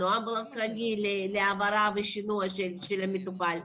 או אמבולנס רגיל להעברה ושינוע של המטופל.